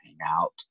hangout